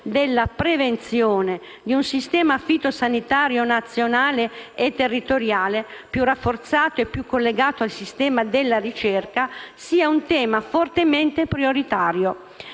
della prevenzione, di un sistema fitosanitario nazionale e territoriale rafforzato e maggiormente collegato al sistema della ricerca sia un tema fortemente prioritario.